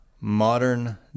modern